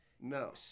No